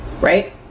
right